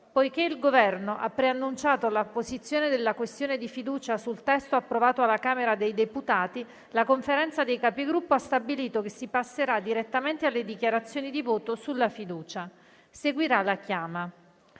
Poiché il Governo ha preannunciato la posizione della questione di fiducia sul testo approvato alla Camera dei deputati, la Conferenza dei Capigruppo ha stabilito che si passerà direttamente alle dichiarazioni di voto sulla fiducia. Seguirà la chiama.